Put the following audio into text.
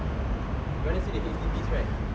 you want to see the H_D_B right